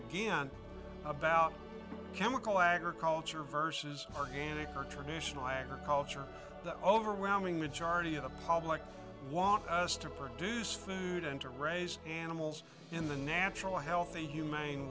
again about chemical agriculture versus or gaelic or traditional agriculture the overwhelming majority of the public want us to produce food and to raise animals in the natural healthy humane